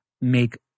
make